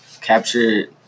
capture